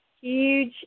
huge